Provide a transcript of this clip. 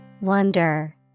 Wonder